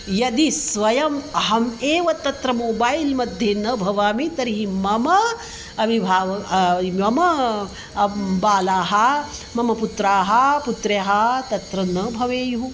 यदि स्वयम् अहम् एव तत्र मोबैल् मध्ये न भवामि तर्हि ममा अभिभावः ममा बालाः मम पुत्राः पुत्र्यः तत्र न भवेयुः